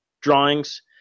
drawings